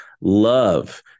love